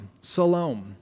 Salome